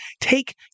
take